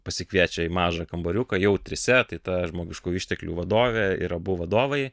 pasikviečia į mažą kambariuką jau trise tai ta žmogiškų išteklių vadovė ir abu vadovai